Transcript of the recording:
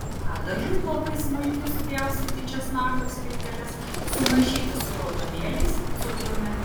padažui labai smulkiai supjaustyti česnako skilteles sumaišyti su raudonėliais cukrumi